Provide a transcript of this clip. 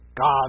God